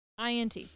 INT